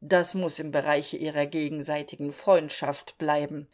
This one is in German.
das muß im bereiche ihrer gegenseitigen freundschaft bleiben